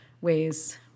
ways